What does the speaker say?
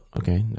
okay